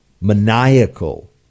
maniacal